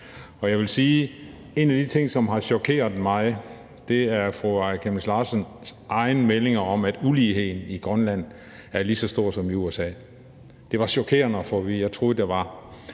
en af de ting, som chokerede mig, var fru Aaja Chemnitz Larsens egne udmeldinger om, at uligheden i Grønland er lige så stor som i USA. Det var chokerende at få at vide. Jeg troede, der var